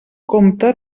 compte